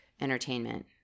entertainment